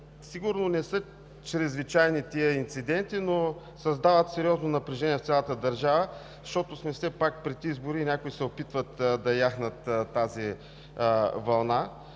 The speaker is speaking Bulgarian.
Сигурно не са чрезвичайни тези инциденти, но създават сериозно напрежение в цялата държава, защото сме все пак пред избори и някои се опитват да яхнат тази вълна.